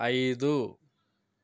ఐదు